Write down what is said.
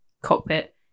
cockpit